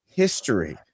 history